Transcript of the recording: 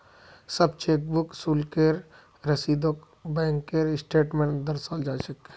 सब चेकबुक शुल्केर रसीदक बैंकेर स्टेटमेन्टत दर्शाल जा छेक